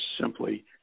simply